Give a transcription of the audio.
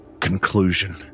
Conclusion